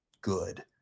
good